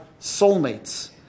soulmates